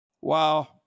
Wow